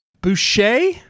Boucher